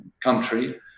country